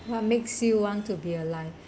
what makes you want to be alive